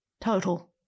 total